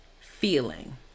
feeling